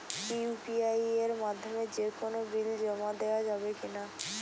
UPI এর মাধ্যমে যে কোনো বিল জমা দেওয়া যাবে কি না?